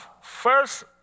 first